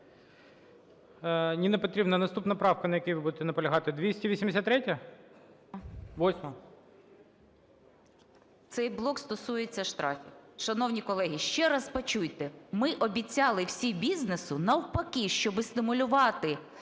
Ніна Петрівна, наступна правка, на якій ви будете наполягати, 283-я? Восьма? 15:35:06 ЮЖАНІНА Н.П. Цей блок стосується штрафів. Шановні колеги, ще раз почуйте, ми обіцяли всі бізнесу навпаки, щоби стимулювати